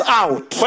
out